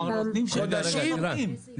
שירותי הדואר נותנים שירותים נוספים.